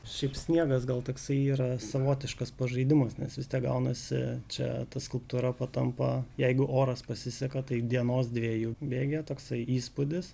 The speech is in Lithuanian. šiaip sniegas gal toksai yra savotiškas pažaidimas nes vis tiek gaunasi čia ta skulptūra patampa jeigu oras pasiseka tai dienos dviejų bėgyje toksai įspūdis